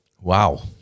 Wow